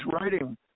writing